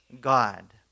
God